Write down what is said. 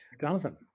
Jonathan